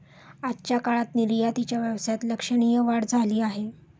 आजच्या काळात निर्यातीच्या व्यवसायात लक्षणीय वाढ झाली आहे